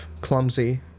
clumsy